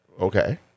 Okay